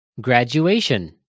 Graduation